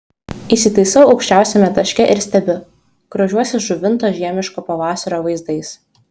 įsitaisau aukščiausiame taške ir stebiu grožiuosi žuvinto žiemiško pavasario vaizdais